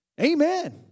Amen